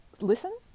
listen